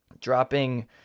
dropping